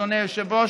אדוני היושב-ראש,